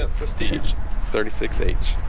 and prestige thirty six h